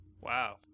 Wow